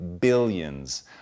billions